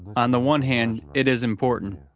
on the one hand, it is important,